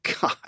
God